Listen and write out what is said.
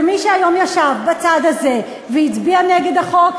ומי שהיום ישב בצד הזה והצביע נגד החוק,